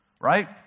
right